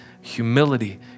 humility